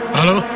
Hello